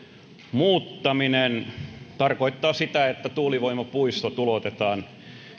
muuttaminen tarkoittaa sitä että tuulivoimapuistot ulotetaan